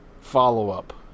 follow-up